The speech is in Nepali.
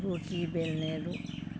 रोटी बेल्ने